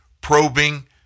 probing